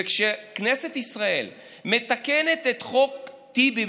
כשכנסת ישראל מתקנת את "חוק טיבי",